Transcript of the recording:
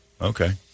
Okay